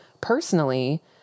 Personally